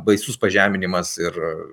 baisus pažeminimas ir